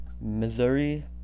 Missouri